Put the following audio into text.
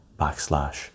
backslash